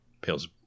pales